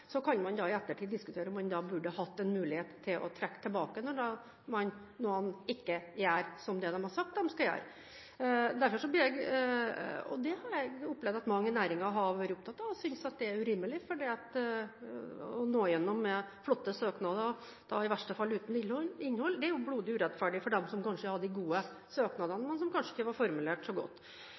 Så kan man i ettertid diskutere om man burde hatt en mulighet til å trekke den tilbake når noen ikke gjør det som de har sagt at de skal gjøre. Det har jeg opplevd at mange i næringen har vært opptatt av og synes at er urimelig. Å nå gjennom med flotte søknader, i verste fall uten innhold, er blodig urettferdig for dem som kanskje hadde gode søknader, som kanskje ikke var formulert så godt.